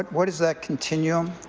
what what is that continuum?